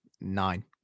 Nine